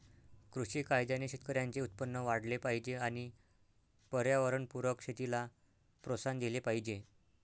कृषी कायद्याने शेतकऱ्यांचे उत्पन्न वाढले पाहिजे आणि पर्यावरणपूरक शेतीला प्रोत्साहन दिले पाहिजे